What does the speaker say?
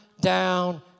down